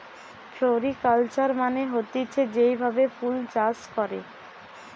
floriculture মানে হতিছে যেই ভাবে ফুল চাষ করে